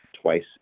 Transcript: twice